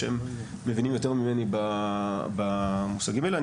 שהם מבינים יותר ממני במושגים האלה.